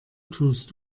tust